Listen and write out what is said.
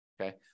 okay